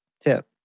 tip